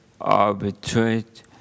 arbitrate